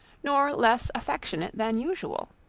nor less affectionate than usual.